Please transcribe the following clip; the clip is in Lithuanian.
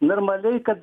normaliai kad